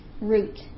root